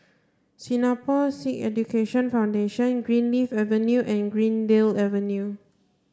Singapore Sikh Education Foundation Greenleaf Avenue and Greendale Avenue